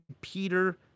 Peter